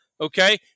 Okay